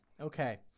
okay